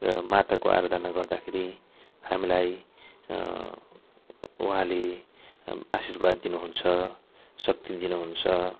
र माताको आराधना गर्दाखेरि हामीलाई उहाँले हाम् आशीर्वाद दिनु हुन्छ शक्ति दिनु हुन्छ